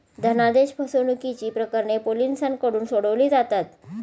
धनादेश फसवणुकीची प्रकरणे पोलिसांकडून सोडवली जातात